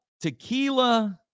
Tequila